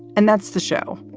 and that's the show.